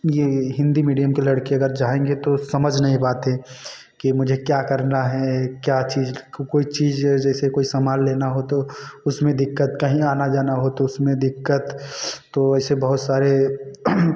यह हिंदी मेडियम के लड़के अगर जाएँगे तो समझ नहीं पाते कि मुझे क्या करना है क्या चीज़ कोई चीज़ जैसे कोई सामान लेना हो तो उसमें दिक्कत कहीं आना जाना हो तो उसमें दिक्कत तो ऐसे बहुत सारे